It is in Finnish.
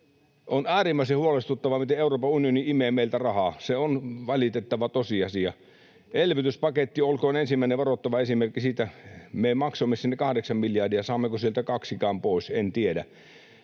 On äärimmäisen huolestuttavaa, miten Euroopan unioni imee meiltä rahaa. Se on valitettava tosiasia. Elvytyspaketti olkoon ensimmäinen varoittava esimerkki siitä. Me maksoimme sinne kahdeksan miljardia. Saammeko sieltä kaksikaan pois, en tiedä.